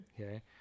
okay